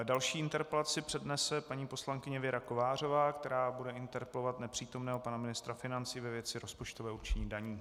Další interpelaci přednese paní poslankyně Věra Kovářová, která bude interpelovat nepřítomného pana ministra financí ve věci rozpočtového určení daní.